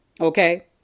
okay